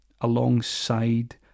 alongside